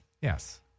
Yes